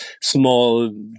small